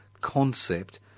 concept